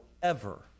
forever